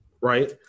right